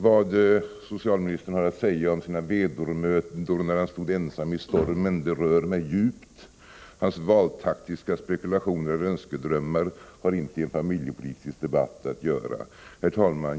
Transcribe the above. Vad socialministern har att säga om sina vedermödor när han stod ensam i stormen rör mig djupt. Hans valtaktiska spekulationer och önskedrömmar har inte i en familjepolitisk debatt att göra. Herr talman!